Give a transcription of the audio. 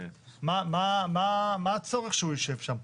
מה הצורך שהוא יישב שם?